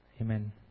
Amen